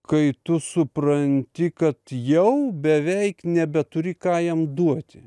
kai tu supranti kad jau beveik nebeturi ką jam duoti